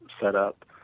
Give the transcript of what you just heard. setup